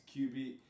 QB